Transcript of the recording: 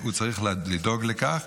שהוא צריך לדאוג לכך,